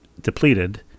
depleted